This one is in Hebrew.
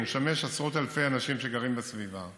הוא משמש עשרות אלפי אנשים שגרים בסביבה לבוא,